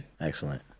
Excellent